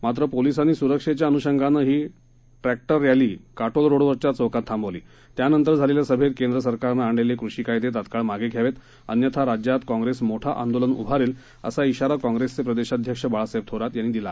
मात्रपोलिसांनीसुरक्षेच्याअनुषंगानंहीटँक्टररॅलीकाटोलरोडवरच्याचौकातथांबवली त्यानंतरझालेल्यासभेत केंद्रसरकारनंआणलेलेकृषीकायदेतात्काळमागेघ्यावेतअन्यथाराज्यातकाँप्रेसमोठंआंदोलनउभारेल असा शिराकाँग्रेसचेप्रदेशाध्यक्षबाळासाहेबथोरातयांनीदिला